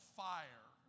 fire